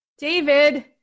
David